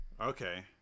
Okay